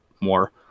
more